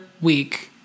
week